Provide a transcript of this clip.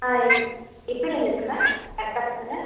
ஆ எப்பேயிலேருந்து இருக்குது மேம் கரெக்டாக சொல்லுங்க